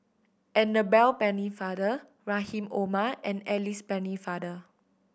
Annabel Pennefather Rahim Omar and Alice Pennefather